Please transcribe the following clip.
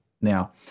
Now